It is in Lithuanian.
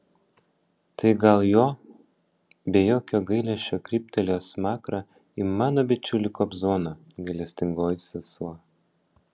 tai gal jo be jokio gailesčio kryptelėjo smakrą į mano bičiulį kobzoną gailestingoji sesuo